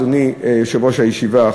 אדוני יושב-ראש הישיבה,